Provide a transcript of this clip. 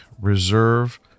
Reserve